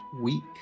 week